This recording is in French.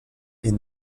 est